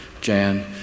Jan